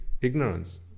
ignorance